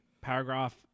paragraph